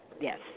Yes